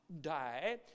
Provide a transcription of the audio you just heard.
die